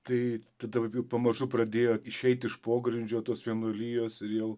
tai dabar pamažu pradėjo išeiti iš pogrindžio tos vienuolijos ir jau